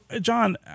John